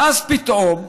ואז פתאום,